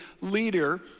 leader